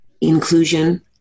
inclusion